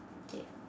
K